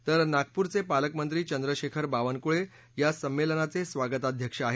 तर नागपूरचे पालकमंत्री चंद्रशेखर बावनकूळे हे या संमेलनाचे स्वागताध्यक्ष आहेत